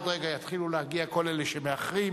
עוד רגע יתחילו להגיע כל אלה שמאחרים.